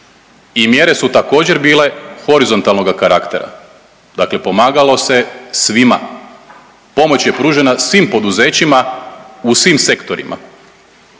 i mjere su također bile horizontalnoga karaktera, dakle pomagalo se svima, pomoć je pružena svim poduzećima u svim sektorima.